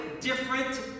different